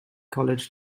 college